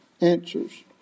answers